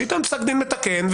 שייתן פסק דין מתקן,